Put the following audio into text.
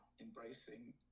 embracing